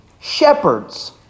shepherds